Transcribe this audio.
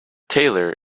taylor